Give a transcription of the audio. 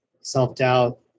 self-doubt